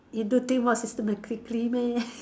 you don't think more systematically meh